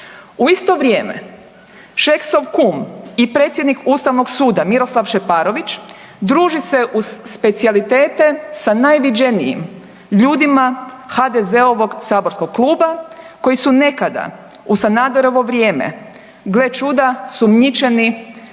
U isto vrijeme Šeksov kum i predsjednik Ustavnog suda, Miroslav Šeparović, druži se uz specijalitete sa najviđenijim ljudima HDZ-ovog saborskog kluba koji su nekada u Sanaderovo vrijeme, gle čuda sumnjičeni